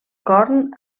corn